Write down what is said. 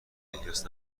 الیاس